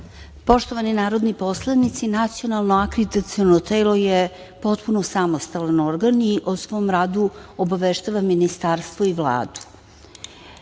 Poštovani narodni poslanici, Nacionalno akreditaciono telo je potpuno samostalan organ i o svom radu obaveštava Ministarstvo i Vladu.